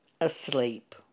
asleep